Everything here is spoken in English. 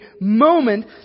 moment